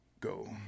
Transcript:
go